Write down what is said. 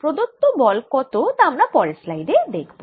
প্রদত্ত বল কত তা আমরা পরের স্লাইডে দেখব